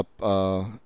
up